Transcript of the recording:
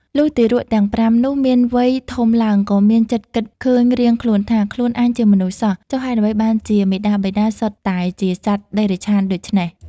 លុះទារកទាំង ៥ នោះ មានវ័យធំឡើង ក៏មានចិត្តគិតឃើញរៀងខ្លួនថា៖ "ខ្លួនអញជាមនុស្សសោះ ចុះហេតុអ្វីបានជាមាតាបិតាសុទ្ធតែជាសត្វតិរច្ឆានដូច្នេះ!"។